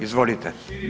Izvolite.